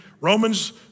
Romans